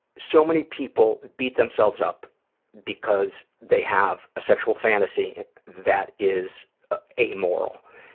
so many people beat themselves up because they have a sexual fantasy that is ah amoral.